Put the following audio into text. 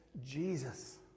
Jesus